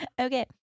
Okay